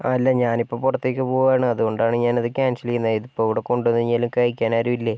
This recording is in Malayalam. അല്ല ഞാൻ ഇപ്പോൾ പുറത്തേക്ക് പോകുകയാണ് അത് കൊണ്ടാണ് ഞാൻ അത് ക്യാൻസൽ ചെയ്യുന്നത് ഇത് ഇപ്പോൾ ഇവിടെ കൊണ്ട് വന്ന് കഴിഞ്ഞാലും കഴിക്കാൻ ആരും ഇല്ലേ